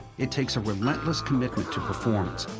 it takes a relentless commitment to performance,